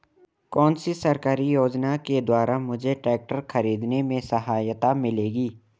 कौनसी सरकारी योजना के द्वारा मुझे ट्रैक्टर खरीदने में सहायता मिलेगी?